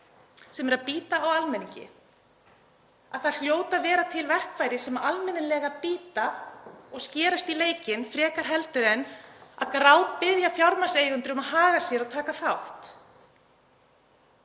sem er að bíta almenning. Það hljóta að vera til verkfæri sem almennilega bíta og skerast í leikinn frekar en að grátbiðja fjármagnseigendur um að haga sér og taka þátt.